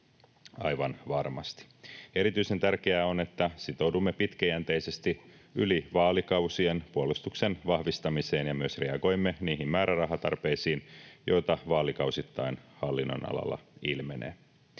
aivan varmasti. Erityisen tärkeää on, että sitoudumme pitkäjänteisesti yli vaalikausien puolustuksen vahvistamiseen ja myös reagoimme niihin määrärahatarpeisiin, joita vaalikausittain hallinnonalalla ilmenee.